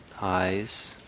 eyes